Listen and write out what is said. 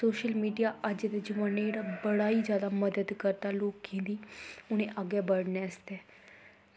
ते social media अज्ज दे जमान्नै ई जेह्ड़ा बड़ा ई जादा मदद करदा लोकें दी उ'नें ई अग्गें बढ़ने आस्तै